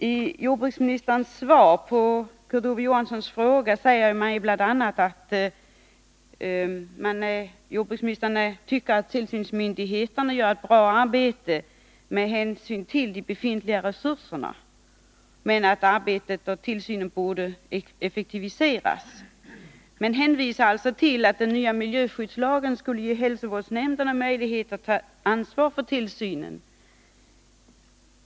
I jordbruksministerns svar på Kurt Ove Johanssons interpellation sägs bl.a. att jordbruksministern tycker att tillsynsmyndigheterna gör ett bra arbete med hänsyn till de befintliga resurserna men att arbetet med tillsynen borde effektiviseras. Han hänvisar till att den nya miljöskyddslagen skulle ge hälsovårdsmyndigheterna möjlighet att ta ansvar för tillsynen.